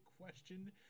question